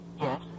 Yes